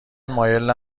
مایل